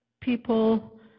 people